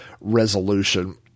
resolution